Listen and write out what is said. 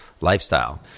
lifestyle